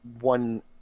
one